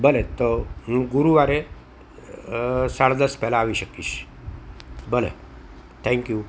ભલે તો હું ગુરુવારે સાડા દસ પહેલા આવી શકીશ ભલે થેન્કયૂ